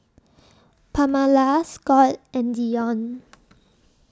Pamala Scott and Deon